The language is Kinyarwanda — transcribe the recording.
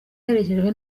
aherekejwe